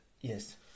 yes